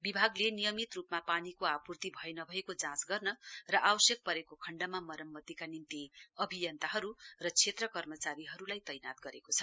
विभागले नियमित रूपमा पानीको आपूर्ति भए नभएके जाँच गर्न र आवश्यकत परेको खण्डमा मरम्मतिका निम्ति अभियन्ताहरू र क्षेत्र कर्मचारीहरूलाई तैनात गरेको छ